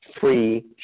free